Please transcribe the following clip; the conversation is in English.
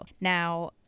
now